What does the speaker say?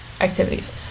activities